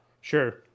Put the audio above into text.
Sure